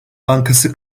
bankası